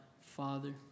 Father